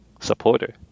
supporter